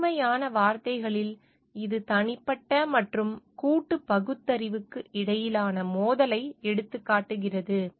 எளிமையான வார்த்தைகளில் இது தனிப்பட்ட மற்றும் கூட்டு பகுத்தறிவுக்கு இடையிலான மோதலை எடுத்துக்காட்டுகிறது